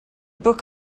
book